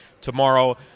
Tomorrow